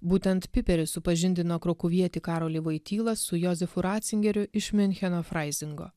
būtent piteris supažindino krokuvietį karolį voitylą su jozefu ratzingeriu iš miuncheno fraizingo